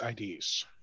IDs